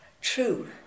true